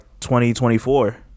2024